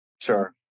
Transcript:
Sure